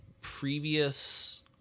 previous